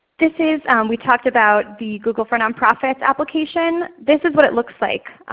this is we talked about the google for nonprofits application, this is what it looks like.